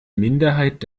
minderheit